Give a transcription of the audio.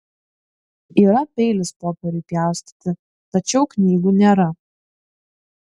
yra peilis popieriui pjaustyti tačiau knygų nėra